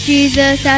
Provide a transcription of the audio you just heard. Jesus